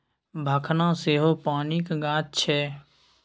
भखना सेहो पानिक गाछ छै